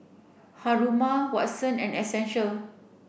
Haruma Watson and Essential